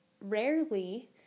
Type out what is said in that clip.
Rarely